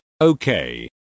okay